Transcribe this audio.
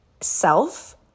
self